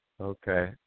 Okay